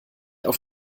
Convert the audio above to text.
auf